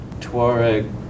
Tuareg